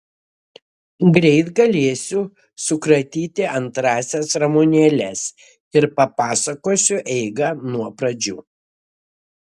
greit galėsiu sukratyti antrąsias ramunėles ir papasakosiu eigą nuo pradžių